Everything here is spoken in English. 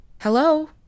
Hello